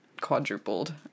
quadrupled